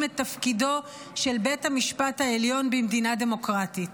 את תפקידו של בית המשפט העליון במדינה דמוקרטית.